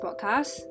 podcast